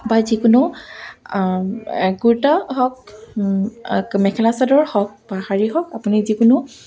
বা যিকোনো কুৰ্তা হওক মেখেলা চাদৰ হওক বা শাৰী হওক আপুনি যিকোনো